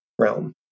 realm